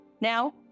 now